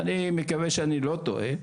אני מקווה שאני לא טועה,